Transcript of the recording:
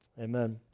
Amen